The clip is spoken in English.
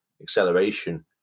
acceleration